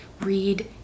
read